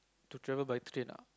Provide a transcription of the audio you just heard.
to travel by train ah